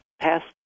past